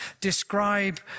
describe